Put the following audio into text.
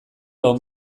lau